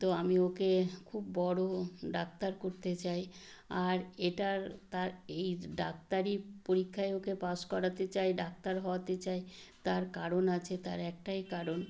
তো আমি ওকে খুব বড়ো ডাক্তার করতে চাই আর এটার তার এই ডাক্তারি পরীক্ষায় ওকে পাস করাতে চাই ডাক্তার হওয়াতে চাই তার কারণ আছে তার একটাই কারণ